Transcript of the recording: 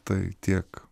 tai tiek